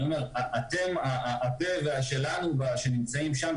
אתם הפה שלנו שנמצאים שם,